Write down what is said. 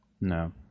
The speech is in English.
No